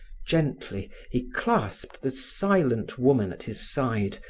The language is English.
gently he clasped the silent woman at his side,